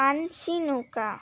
পানশি নৌকা